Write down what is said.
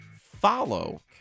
follow